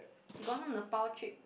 he got some Nepal trip